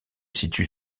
situe